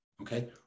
Okay